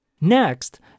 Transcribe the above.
Next